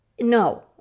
no